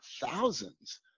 thousands